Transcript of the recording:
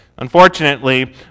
Unfortunately